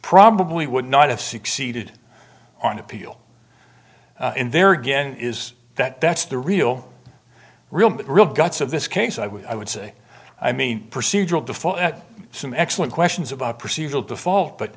probably would not have succeeded on appeal and there again is that that's the real real real guts of this case i would i would say i mean procedural default at some excellent questions about procedural default but